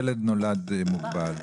ילד נולד מוגבל.